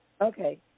Okay